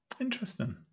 interesting